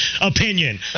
opinion